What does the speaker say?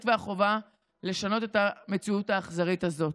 והחובה לשנות את המציאות האכזרית הזאת.